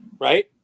right